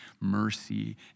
mercy